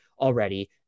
already